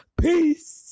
Peace